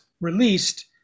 released